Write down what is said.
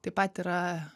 taip pat yra